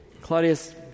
Claudius